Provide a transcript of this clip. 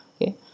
okay